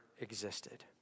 existed